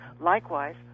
Likewise